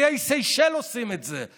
באיי סיישל עושים את זה.